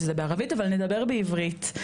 שזה בערבית אבל נדבר בעברית.